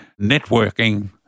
networking